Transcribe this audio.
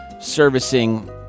servicing